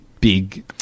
big